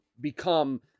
become